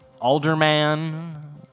alderman